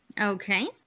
Okay